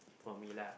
for me lah